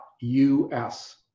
U-S